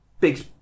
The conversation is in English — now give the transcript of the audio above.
big